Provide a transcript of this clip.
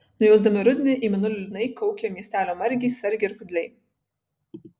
nujausdami rudenį į mėnulį liūdnai kaukė miestelio margiai sargiai ir kudliai